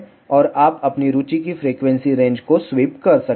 और आप अपनी रुचि की फ्रीक्वेंसी रेंज को स्वीप कर सकते हैं